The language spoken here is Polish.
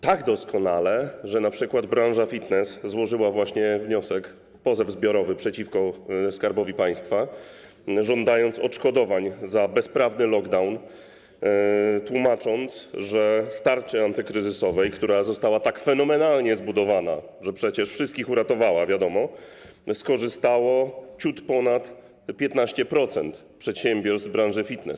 Tak doskonale, że np. branża fitness złożyła właśnie wniosek, pozew zbiorowy przeciwko Skarbowi Państwa, żądając odszkodowań za bezprawny lockdown i tłumacząc, że z tarczy antykryzysowej, która została tak fenomenalnie zbudowana, że przecież wszystkich uratowała - wiadomo - skorzystało ciut ponad 15% przedsiębiorstw branży fitness.